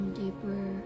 deeper